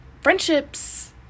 friendships